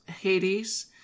hades